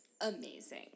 amazing